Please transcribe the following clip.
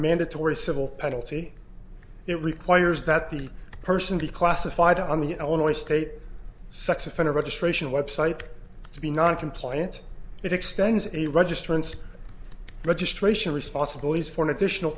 mandatory civil penalty it requires that the person be classified on the illinois state sex offender registration website to be non compliant it extends a registrants registration responsibilities for an additional